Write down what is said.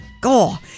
Go